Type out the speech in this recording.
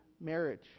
marriage